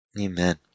Amen